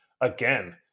again